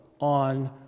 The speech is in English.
on